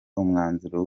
umwanzuro